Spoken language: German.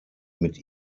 mit